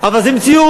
אבל זה מציאות.